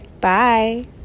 Bye